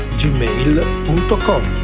gmail.com